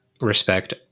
respect